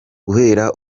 guhera